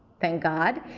thank god.